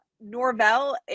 Norvell